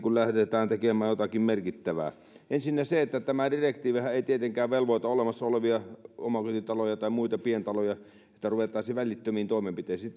kuin lähdetään tekemään jotakin merkittävää ensinnä se että tämä direktiivihän ei tietenkään velvoita olemassa olevia omakotitaloja tai muita pientaloja siihen että ruvettaisiin välittömiin toimenpiteisiin